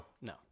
No